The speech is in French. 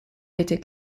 été